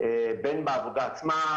בין בעבודה עצמה,